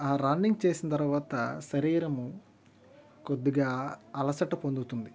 ఆ రన్నింగ్ చేసిన తర్వాత శరీరము కొద్దిగా అలసట పొందుతుంది